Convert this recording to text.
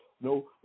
No